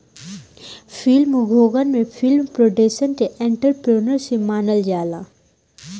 film उद्योगन में film production के एंटरप्रेन्योरशिप मानल जाला